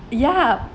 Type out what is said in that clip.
ya